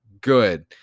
good